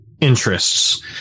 interests